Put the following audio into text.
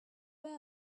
where